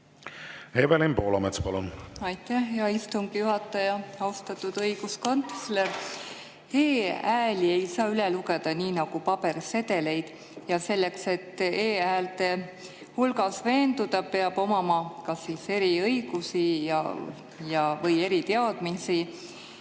Evelin Poolamets, palun! Aitäh, hea istungi juhataja! Austatud õiguskantsler! E-hääli ei saa üle lugeda nii nagu pabersedeleid ja selleks, et e-häälte hulgas veenduda, peab omama kas eriõigusi või eriteadmisi.